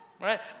right